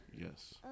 Yes